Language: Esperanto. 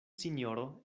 sinjoro